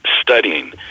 studying